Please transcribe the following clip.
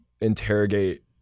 interrogate